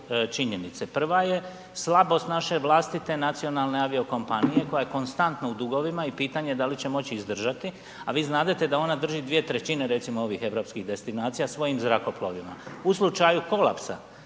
Prva je slabost naše vlastite nacionalne aviokompanije koja je konstantno u dugovima i pitanje da li će moći izdržati a vi znadete da ona drži 2/3 recimo ovih europskih destinacija svojim zrakoplovima. U slučaju kolapsa